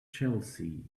chelsea